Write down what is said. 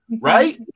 right